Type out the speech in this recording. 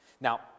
Now